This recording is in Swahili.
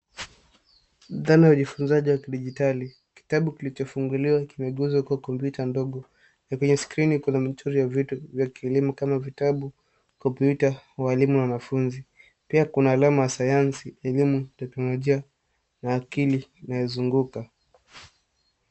Dhana ya ufunzaji wa kidijitali. Kitabu kilichofunguliwa kimegeuzwa kua kompyuta ndogo kwenye skrini kuna michoro ya vitu vya kielimu kama vitabu, kompyuta, walimu na wanafunzi pia kuna alama ya sayansi, elimu, teknolijia na akili inayo zunguka.